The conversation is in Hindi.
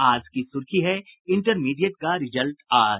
आज की सुर्खी है इंटरमीडिएट का रिजल्ट आज